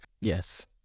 Yes